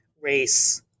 race